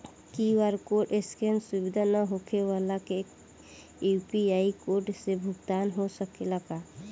QR code scan सुविधा ना होखे वाला के यू.पी.आई कोड से भुगतान हो सकेला का?